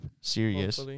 serious